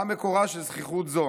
מה מקורה של זחיחות זו?